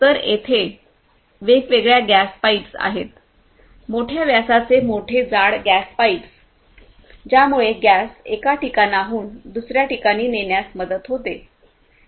तर तेथे वेगवेगळ्या गॅस पाईप्स आहेत मोठ्या व्यासाचे मोठे जाड गॅस पाईप्स ज्यामुळे गॅस एका ठिकाणाहून दुसर्या ठिकाणी नेण्यास मदत होते